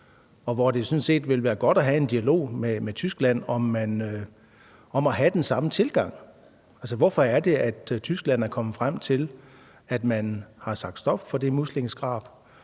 og hvor det sådan set ville være godt at have en dialog med Tyskland om at have den samme tilgang. Hvorfor er Tyskland kommet frem til, at man har sagt stop for det muslingeskrab?